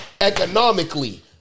economically